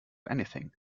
anything